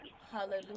hallelujah